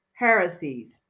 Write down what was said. heresies